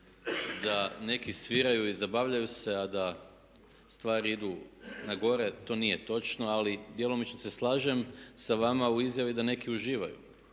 da neki sviraju i zabavljaju se, a da stvari idu na gore. To nije točno, ali djelomično se slažem sa vama u izjavi da neki uživaju.